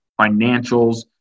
financials